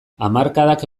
hamarkadak